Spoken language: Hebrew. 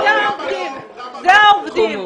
אלה העובדים.